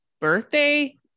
birthday